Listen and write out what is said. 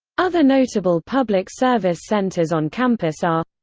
other notable public service centers on campus are